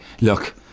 Look